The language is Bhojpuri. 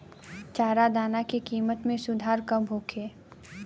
चारा दाना के किमत में सुधार कब होखे?